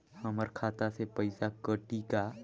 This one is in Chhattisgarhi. हमर खाता से पइसा कठी का?